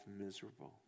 miserable